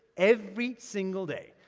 every single day.